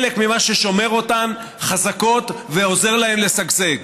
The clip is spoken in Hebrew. חלק ממה ששומר אותן חזקות ועוזר להן לשגשג.